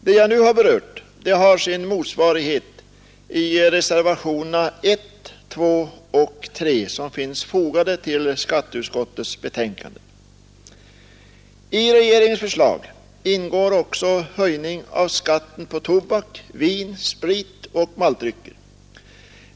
Det jag nu har berört har sin motsvarighet i reservationerna 1, 2 och 3 som finns fogade till skatteutskottets betänkande nr 32. I regeringens förslag ingår också en höjning av skatten på tobak, sprit, vin och maltdrycker.